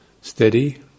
steady